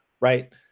right